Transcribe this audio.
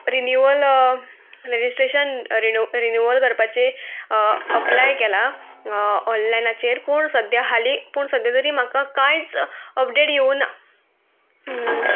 renewal registration renew renewal करपाचे apply केला ऑनलायनाचेर पूण सद्द्या हाली पूण सद्द्या तरी म्हाका कांयच अपडेट येवना